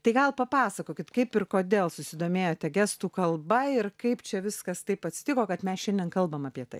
tai gal papasakokit kaip ir kodėl susidomėjote gestų kalba ir kaip čia viskas taip atsitiko kad mes šiandien kalbam apie tai